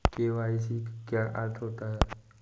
ई KYC का क्या अर्थ होता है?